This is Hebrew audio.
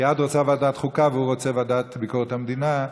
כי את רוצה ועדת חוקה והיא רוצה ועדת ביקורת המדינה,